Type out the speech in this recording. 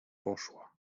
poszła